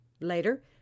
Later